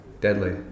deadly